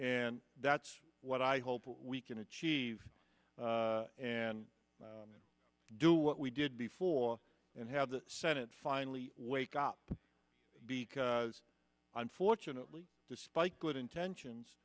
and that's what i hope we can achieve and do what we did before and have the senate finally wake up because i'm fortunately despite good intentions